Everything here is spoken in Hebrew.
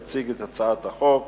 יציג את הצעת החוק